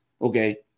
Okay